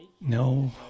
No